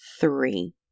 three